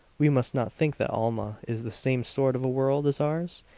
we must not think that alma is the same sort of a world as ours.